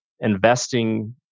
investing